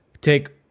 take